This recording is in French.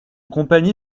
compagnie